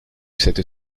cette